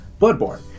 Bloodborne